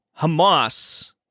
Hamas